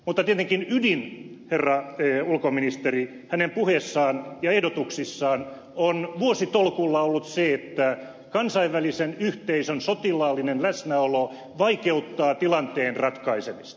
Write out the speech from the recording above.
mutta tietenkin ydin herra ulkoministeri hänen puheessaan ja ehdotuksissaan on vuositolkulla ollut se että kansainvälisen yhteisön sotilaallinen läsnäolo vaikeuttaa tilanteen ratkaisemista